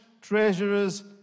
treasurer's